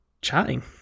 chatting